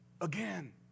again